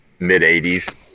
mid-'80s